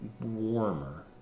warmer